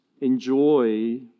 enjoy